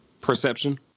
perception